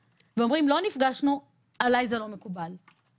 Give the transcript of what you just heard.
ואומרים: לא נפגשנו זה לא מקובל עליי,